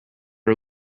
our